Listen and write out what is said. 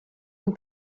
une